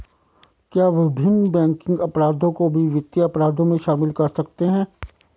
क्या विभिन्न बैंकिंग अपराधों को भी वित्तीय अपराधों में शामिल कर सकते हैं?